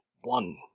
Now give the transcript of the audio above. one